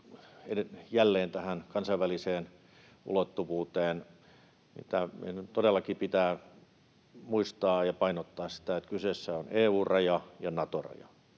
jälleen tähän kansainväliseen ulottuvuuteen. Meidän todellakin pitää muistaa ja painottaa, että kyseessä on EU-raja ja Nato-raja,